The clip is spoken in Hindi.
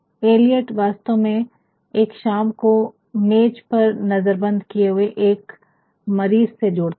एलियट वास्तव में एक शाम को मेज़ पर नजबंद किये हुए एक मरीज़ से जोड़ता है